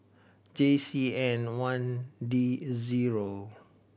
J C N one D zero